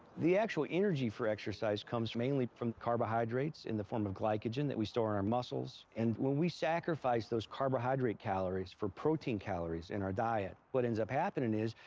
the actual energy for exercise comes mainly from carbohydrates in the form of glycogen that we store in our muscles. and when we sacrifice those carbohydrate calories for protein calories in our diet, what ends up happening is,